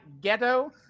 Ghetto